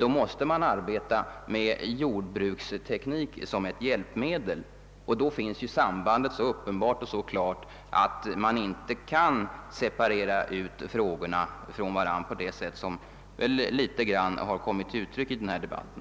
så måste man arbeta med jordbruksteknik som ett hjälpmedel, och då är sambandet så uppenbart och klart, att det inte går att separera frågorna från varandra på det sätt som i viss mån skett här i debatten.